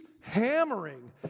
hammering